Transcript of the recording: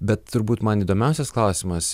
bet turbūt man įdomiausias klausimas